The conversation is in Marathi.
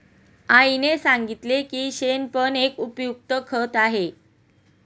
आईने सांगितले की शेण पण एक उपयुक्त खत आहे